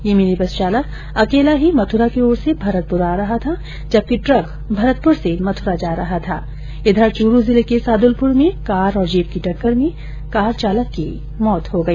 ये mini bus चालक अकेला ही मथुरा की ओर से भरतपुर आ रहा था जबकि ट्रक भरतपुर से मथुरा जा रहा था वहीं चुरु जिले के सादुलपुर में कार और जीप की टक्कर में कार चालक की मौत हो गई